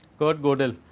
kurt godel,